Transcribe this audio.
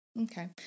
okay